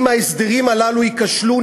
אם ההסדרים הללו ייכשלו,